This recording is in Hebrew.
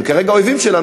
הם כרגע אויבים שלנו,